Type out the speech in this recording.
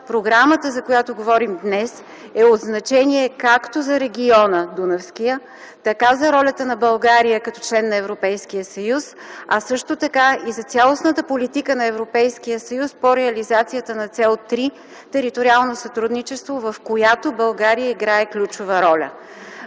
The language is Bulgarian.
програмата, за която говорим днес, е от значение както за Дунавския регион, така – за ролята на България като член на Европейския съюз, а също така и за цялостната политика на Европейския съюз по реализацията на Цел 3 „Териториално сътрудничество”, в която България играе ключова роля.